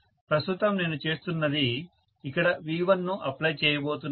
ప్రస్తుతం నేను చేస్తున్నది ఇక్కడ V1ను అప్లై చేయబోతున్నాను